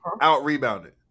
out-rebounded